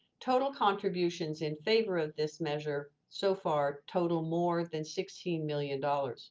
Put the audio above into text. total contributions in favor of this measure. so far, total more than sixteen million dollars